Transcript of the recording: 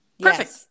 Perfect